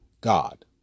God